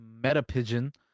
Metapigeon